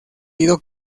ido